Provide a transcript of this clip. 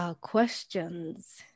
questions